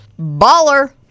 baller